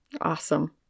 Awesome